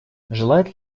желает